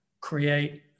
create